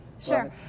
sure